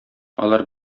алар